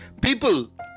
People